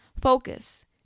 focus